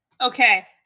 Okay